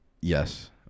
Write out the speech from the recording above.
Yes